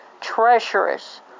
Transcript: treacherous